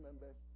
members